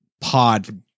pod